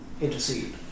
intercede